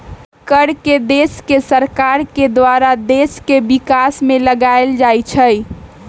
कर के देश के सरकार के द्वारा देश के विकास में लगाएल जाइ छइ